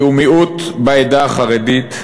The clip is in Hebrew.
והוא מיעוט בעדה החרדית.